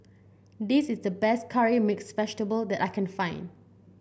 this is the best Curry Mixed Vegetable that I can find